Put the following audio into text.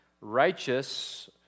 righteous